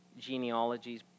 genealogies